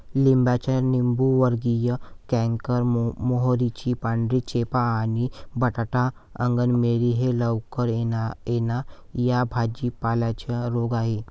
लिंबाचा लिंबूवर्गीय कॅन्कर, मोहरीची पांढरी चेपा आणि बटाटा अंगमेरी हे लवकर येणा या भाजी पाल्यांचे रोग आहेत